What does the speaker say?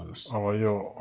अब यो